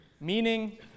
meaning